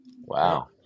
Wow